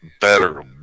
better